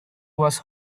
was